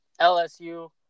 LSU